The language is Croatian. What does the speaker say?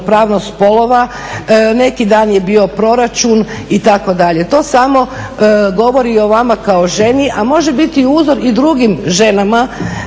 ravnopravnost spolova. Neki dan je bio proračun itd. To samo govori o vama kao ženi, a može biti uzor i drugim ženama